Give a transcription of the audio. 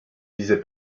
disais